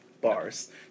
Bars